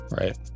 Right